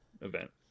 event